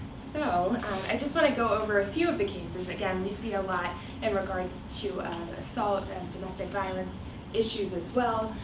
so i just want to go over a few of the cases. again, we see a lot in and regards to assault and domestic violence issues as well.